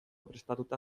prestatuta